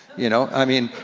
you know, i mean,